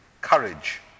courage